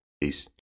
Peace